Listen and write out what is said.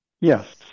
Yes